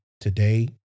today